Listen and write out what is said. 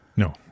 No